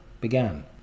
began